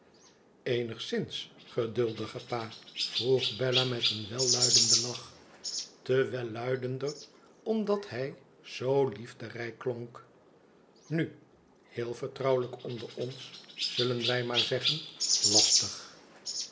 leenigszins geduldige pa vroeg bella met een welluidenden lach te wellüidender omdat hij zoo liefderijk klonk nu heel vertrouwelijk onder ons zullen wij maar zeggen lastig